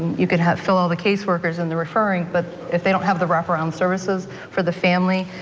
you could have fill all the caseworkers and the referring but if they don't have the wraparound services for the family,